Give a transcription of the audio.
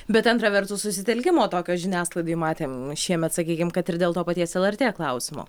bet antra vertus susitelkimo tokio žiniasklaidoj matėm šiemet sakykim kad ir dėl to paties lrt klausimo